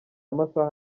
masaha